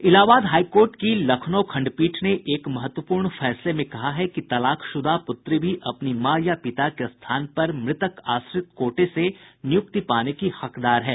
Allahabad high court की लखनऊ खंडपीठ ने एक महत्वपूर्ण फैसले में कहा है कि तलाकशुदा पुत्री भी अपनी मां या पिता के स्थान पर मृतक आश्रित कोटे से नियुक्ति पाने की हकदार है